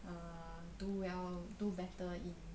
err do well do better in